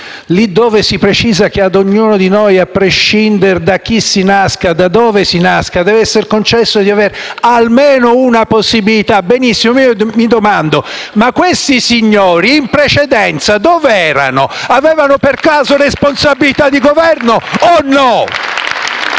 lì dove si precisa che ad ognuno di noi, a prescindere da chi si nasca e da dove si nasca, deve essere concesso di avere almeno una possibilità, benissimo, allora mi domando: ma questi signori in precedenza dov'erano? Avevano per caso responsabilità di Governo, o no? *(Applausi